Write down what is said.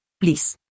please